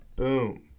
Boom